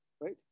right